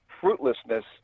fruitlessness